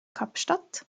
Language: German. kapstadt